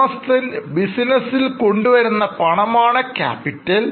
ഉടമസ്ഥൻ ബിസിനസ്സിൽ കൊണ്ടുവന്ന പണമാണ് ക്യാപിറ്റൽ